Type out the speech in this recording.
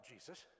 Jesus